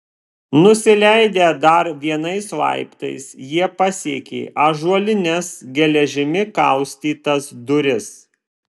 nusileidę dar vienais laiptais jie pasiekė ąžuolines geležimi kaustytas duris